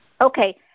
Okay